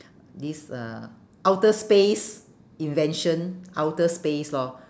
this uh outer space invention outer space lor